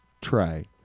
try